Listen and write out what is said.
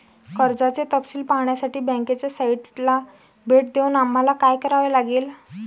कर्जाचे तपशील पाहण्यासाठी बँकेच्या साइटला भेट देऊन आम्हाला काय करावे लागेल?